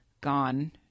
gone